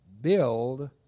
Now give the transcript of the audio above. build